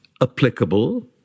applicable